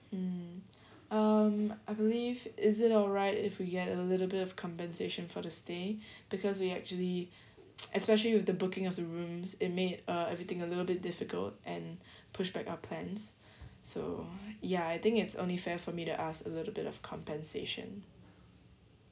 mm um I believe is it all right if we get a little bit of compensation for the stay because we actually especially with the booking of the rooms it made uh everything a little bit difficult and pushed back our plans so ya I think it's only fair for me to ask a little bit of compensation